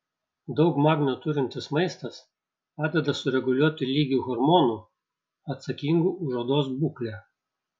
daug magnio turintis maistas padeda sureguliuoti lygį hormonų atsakingų už odos būklę